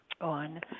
on